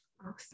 Awesome